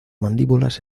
mandíbulas